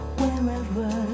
wherever